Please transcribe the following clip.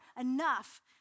enough